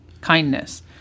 kindness